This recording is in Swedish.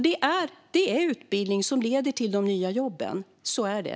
Det är utbildning som leder till de nya jobben. Så är det.